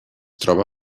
troba